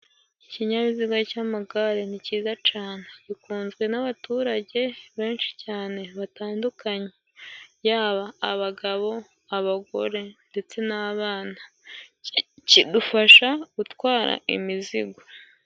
Ikinyabiziga cy'amagare ni cyiza cyane. gikunzwe n'abaturage benshi cyane batandukanye. Yaba abagabo, abagore ndetse n'abana. Kidufasha gutwara imizigo.